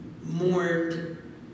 mourned